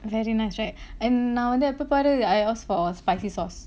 very nice right and நா வந்து எப்பபாரு:naa vanthu eppapaaru I ask for spicy sauce